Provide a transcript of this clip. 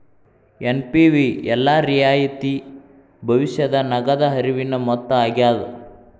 NPV ಎಲ್ಲಾ ರಿಯಾಯಿತಿ ಭವಿಷ್ಯದ ನಗದ ಹರಿವಿನ ಮೊತ್ತ ಆಗ್ಯಾದ